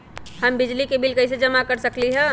हम बिजली के बिल कईसे जमा कर सकली ह?